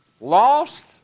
Lost